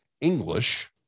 English